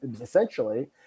essentially